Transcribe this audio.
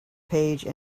page